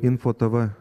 info tv